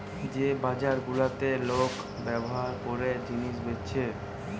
যে বাজার গুলাতে লোকে ব্যভার কোরা জিনিস বেচছে